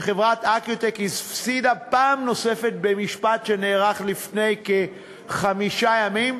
שחברת "איקיוטק" הפסידה פעם נוספת במשפט שנערך לפני כחמישה ימים.